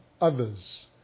others